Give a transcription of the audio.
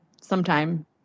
sometime